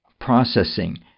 processing